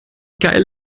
geil